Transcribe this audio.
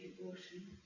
abortion